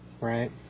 Right